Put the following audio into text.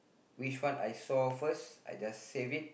which one I saw first I just save it